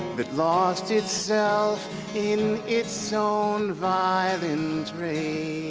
that lost itself in its so own violent rage